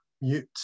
mute